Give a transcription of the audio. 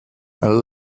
and